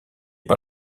par